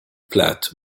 platt